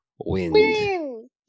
Wind